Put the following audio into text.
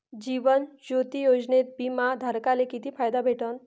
जीवन ज्योती योजनेत बिमा धारकाले किती फायदा भेटन?